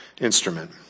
instrument